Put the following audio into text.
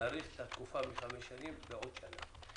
להאריך את התקופה של חמש שנים בעוד שנה.